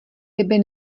ryby